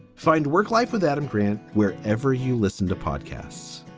find work life with that imprint where ever you listen to podcasts.